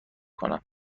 کنم